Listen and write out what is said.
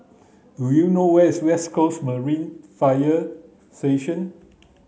do you know where is West Coast Marine Fire Station